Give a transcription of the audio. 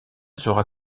sera